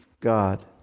God